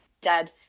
dad